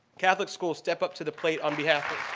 catholic schools step up to the plate on behalf of